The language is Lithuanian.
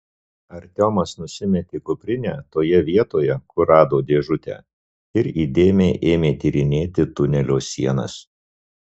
artiomas nusimetė kuprinę toje vietoje kur rado dėžutę ir įdėmiai ėmė tyrinėti tunelio sienas